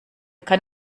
kann